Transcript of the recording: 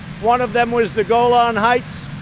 one of them was the golan heights.